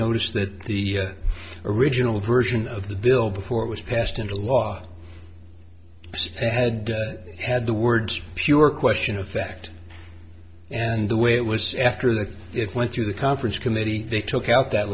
notice that the original version of the bill before it was passed into law had had the words pure question effect and the way it was after that if went through the conference committee they took out that